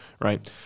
right